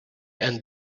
and